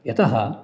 यतः